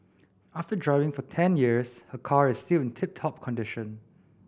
after driving for ten years her car is still tip top condition